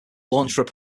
launched